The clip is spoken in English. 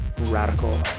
radical